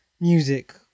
music